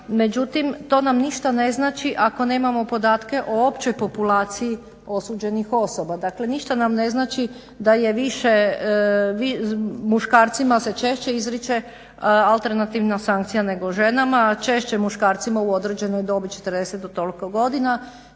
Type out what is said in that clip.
međutim to nam ništa ne znači ako nemamo podatke o općoj populaciji osuđenih osoba. Dakle ništa nam ne znači da je više, muškarcima se češće izriče alternativna sankcija nego ženama, a češće muškarcima u određenoj dobi, 40 do toliko godina,